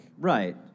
Right